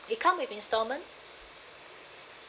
it come with instalment